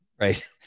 right